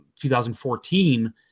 2014